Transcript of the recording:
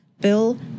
Bill